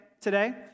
today